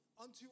Unto